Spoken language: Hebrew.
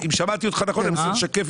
אם שמעתי אותך נכון, אני מנסה לשקף.